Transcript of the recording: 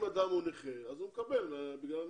אם אדם הוא נכה, אז הוא מקבל בגלל הנכות.